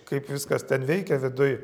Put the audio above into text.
kaip viskas ten veikia viduj